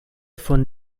von